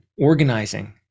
organizing